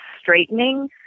straightening